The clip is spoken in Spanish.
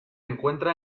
encuentra